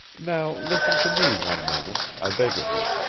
now listen to me one moment, i beg of you.